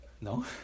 No